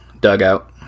dugout